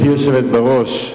היושבת-ראש,